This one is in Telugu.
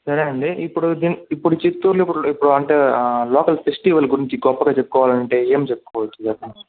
సరే అండి ఇప్పుడు దీన్ ఇప్పుడు చిత్తూరులో ఇప్పుడు ఇప్పుడు అంటే లోకల్ ఫెస్టివల్ గురించి గొప్పగా చెప్పుకోవాలని అంటే ఏం చెప్పుకోవచ్చు